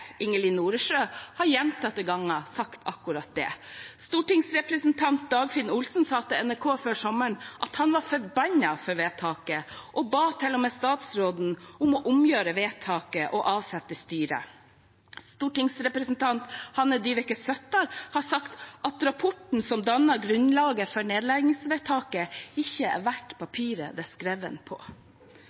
Ingelin Noresjø, har gjentatte ganger sagt akkurat det. Stortingsrepresentant Dagfinn Henrik Olsen sa til NRK før sommeren at han var forbannet over vedtaket, og ba til og med statsråden om å omgjøre vedtaket og avsette styret. Stortingsrepresentant Hanne Dyveke Søttar har sagt at rapporten som dannet grunnlaget for nedleggingsvedtaket, ikke er verdt papiret den er skrevet på. Det